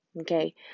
Okay